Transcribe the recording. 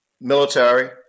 military